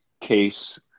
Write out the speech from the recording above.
case